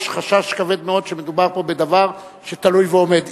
יש חשש כבד מאוד שמדובר פה בדבר שתלוי ועומד.